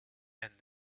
and